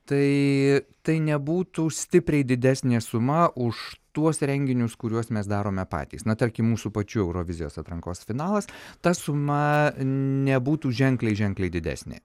tai tai nebūtų stipriai didesnė suma už tuos renginius kuriuos mes darome patys na tarkim mūsų pačių eurovizijos atrankos finalas ta suma nebūtų ženkliai ženkliai didesnė